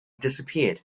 disappeared